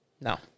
No